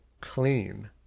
clean